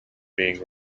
being